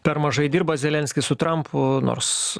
per mažai dirba zelenskis su trampu nors